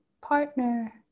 partner